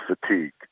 fatigue